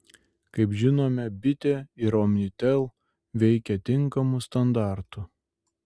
kaip žinome bitė ir omnitel veikia tinkamu standartu